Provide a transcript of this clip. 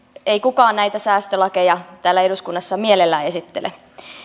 ei kukaan näitä säästölakeja täällä eduskunnassa mielellään esittele